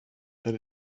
that